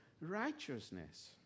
righteousness